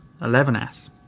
11S